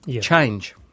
change